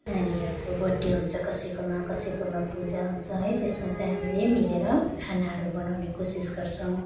नानीहरूको बर्थडे हुन्छ कसैकोमा कसैकोमा पूजा हुन्छ है त्यसमा चाहिँ हामीले मिलेर खानाहरू बनाउने कोसिस गर्छौँ